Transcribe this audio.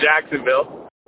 Jacksonville